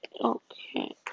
okay